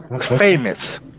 Famous